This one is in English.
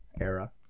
era